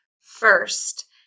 first